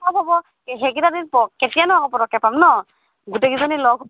হ'ব সেইকেইটা দিন প কেতিয়ানো আকৌ পটককৈ পাম নহ্ গোটেইকেইজনী লগ